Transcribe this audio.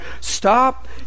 Stop